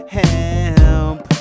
help